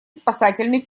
спасательный